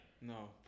No